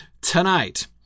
tonight